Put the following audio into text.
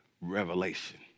revelation